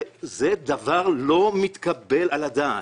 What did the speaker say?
זה דבר לא מתקבל על הדעת.